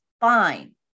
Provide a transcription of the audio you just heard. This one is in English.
fine